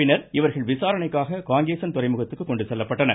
பின்னர் இவர்கள் விசாரணைக்காக காங்கேசன் துறைமுகத்திற்கு கொண்டு செல்லப்பட்டனர்